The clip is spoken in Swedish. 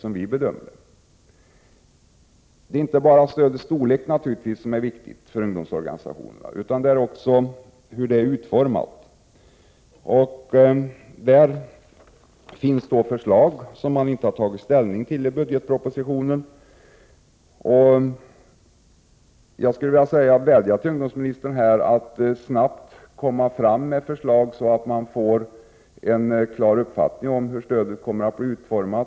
Det är naturligtvis inte bara stödets storlek som är viktig för ungdomsorganisationerna, utan det är också viktigt hur det är utformat. Det föreligger i det avseendet förslag, som man inte har tagit ställning till i budgetpropositionen. Jag skulle vilja vädja till ungdomsministern att snabbt lägga fram förslag, så att man får en klar uppfattning om hur stödet kommer att utformas.